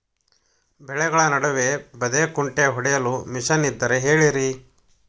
ಬೆಳೆಗಳ ನಡುವೆ ಬದೆಕುಂಟೆ ಹೊಡೆಯಲು ಮಿಷನ್ ಇದ್ದರೆ ಹೇಳಿರಿ